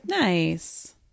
Nice